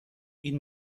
این